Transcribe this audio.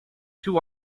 two